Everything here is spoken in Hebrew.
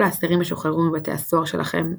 כל האסירים ישוחררו מבתי הסוהר שלכם.